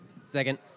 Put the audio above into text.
Second